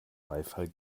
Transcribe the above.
beifall